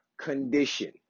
condition